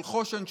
של חוש"ן,